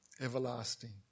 everlasting